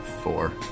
four